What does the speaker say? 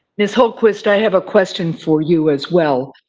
ms. hultquist, i have a question for you as well.